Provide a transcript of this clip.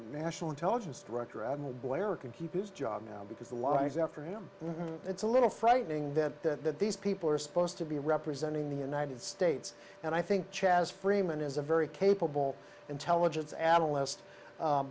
national intelligence director admiral blair can keep his job now because the lies after him it's a little frightening that these people are supposed to be representing the united states and i think chaz freeman is a very capable intelligence adolescent